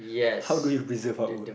how do you preserve hard work